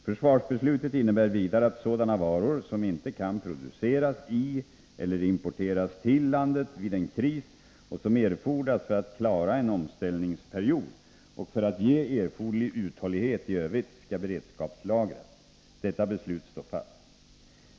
Försvarsbeslutet innebär vidare att sådana varor som inte kan produceras i eller importeras till landet vid en kris och som erfordras för att klara en omställningsperiod och för att ge erforderlig uthållighet i övrigt skall beredskapslagras. Detta beslut står fast.